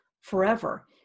forever